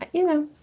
you know,